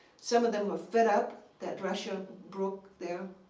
some of them were fed up that russia broke their